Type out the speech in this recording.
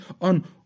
on